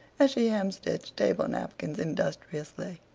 as she hemstitched table napkins industriously.